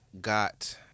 got